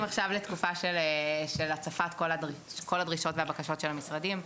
עכשיו לתקופה של הצפת כל הדרישות והבקשות של המשרדים.